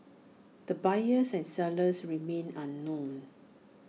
the buyers and sellers remain unknown